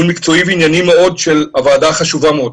מקצועי וענייני מאוד של ועדה חשובה מאוד.